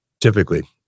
typically